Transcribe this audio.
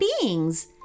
beings